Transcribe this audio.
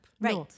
Right